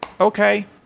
okay